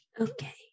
Okay